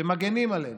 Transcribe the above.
שמגינים עלינו,